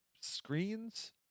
screens